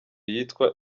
yitwa